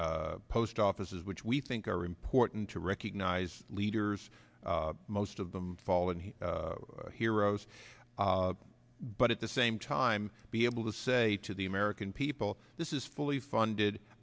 post offices which we think are important to recognize leaders most of them fall and heroes but at the same time be able to say to the american people this is fully funded